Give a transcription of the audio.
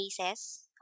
cases